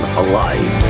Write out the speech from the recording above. alive